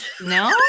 No